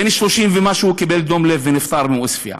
בן 30 ומשהו, קיבל דום לב ונפטר, מעוספיא.